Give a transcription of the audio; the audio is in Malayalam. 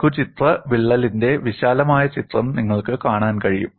ലഘുചിത്ര വിള്ളലിന്റെ വിശാലമായ ചിത്രം നിങ്ങൾക്ക് കാണാൻ കഴിയും